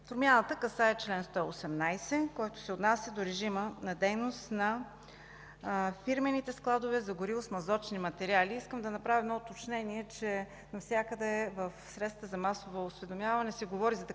Промяната касае чл. 118, който се отнася до режима на дейност на фирмените складове за гориво-смазочни материали. Искам да направя едно уточнение, че навсякъде в средствата за масово осведомяване се говори за